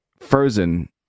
Frozen